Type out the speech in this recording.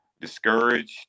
discouraged